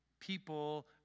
people